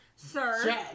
Sir